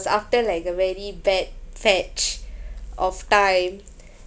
after like a very bad fetch of time